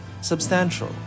substantial